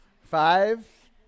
Five